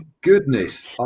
goodness